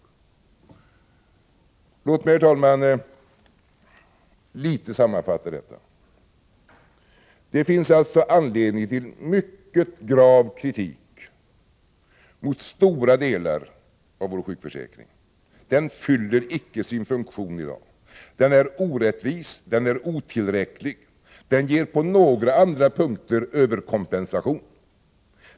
Låt mig, herr talman, något sammanfatta det som jag anfört. Det finns alltså anledning till mycket grav kritik mot stora delar av vår sjukförsäkring. Den fyller inte sin funktion i dag. Den är orättvis. Den är otillräcklig. Den ger på några punkter överkompensation.